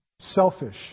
selfish